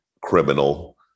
criminal